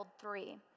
three